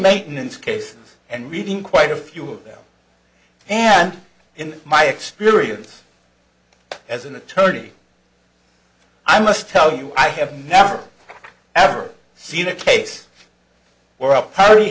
maintenance case and reading quite a few of them and in my experience as an attorney i must tell you i have never ever seen a case where a party